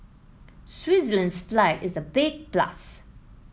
Switzerland's flag is a big plus